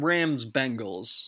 Rams-Bengals